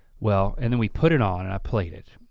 well, and then we put it on and i played it.